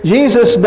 Jesus